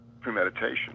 premeditation